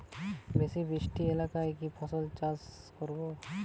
বেশি বৃষ্টি এলাকায় কি ফসল চাষ করব?